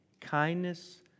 kindness